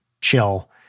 chill